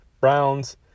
Browns